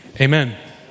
amen